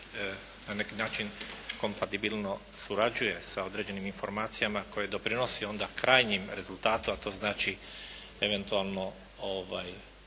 na neki način kompatibilno surađuje sa određenim informacijama koje doprinosi onda krajnjim rezultatom, a to znači eventualno